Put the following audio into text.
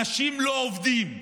אנשים לא עובדים.